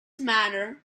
manner